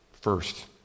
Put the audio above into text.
first